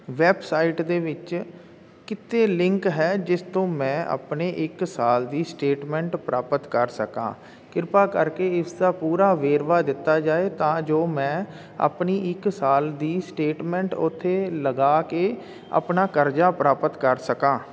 website ਦੇ ਵਿੱਚ ਕਿਤੇ ਲਿੰਕ ਹੈ ਜਿਸ ਤੋਂ ਮੈਂ ਆਪਣੇ ਇੱਕ ਸਾਲ ਦੀ ਸਟੇਟਮੈਂਟ ਪ੍ਰਾਪਤ ਕਰ ਸਕਾਂ ਕਿਰਪਾ ਕਰਕੇ ਇਸ ਦਾ ਪੂਰਾ ਵੇਰਵਾ ਦਿੱਤਾ ਜਾਵੇ ਤਾਂ ਜੋ ਮੈਂ ਆਪਣੀ ਇੱਕ ਸਾਲ ਦੀ ਸਟੇਟਮੈਂਟ ਉੱਥੇ ਲਗਾ ਕੇ ਆਪਣਾ ਕਰਜ਼ਾ ਪ੍ਰਾਪਤ ਕਰ ਸਕਾਂ